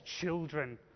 children